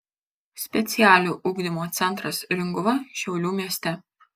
specialiojo ugdymo centras ringuva šiaulių mieste